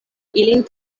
ilin